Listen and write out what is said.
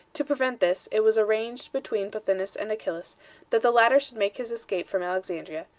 to prevent this, it was arranged between pothinus and achillas that the latter should make his escape from alexandria,